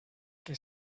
que